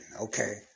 okay